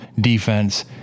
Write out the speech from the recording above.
defense